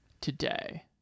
today